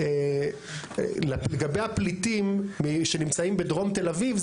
לגבי הפליטים שנמצאים בדרום תל אביב,